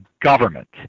government